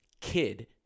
kid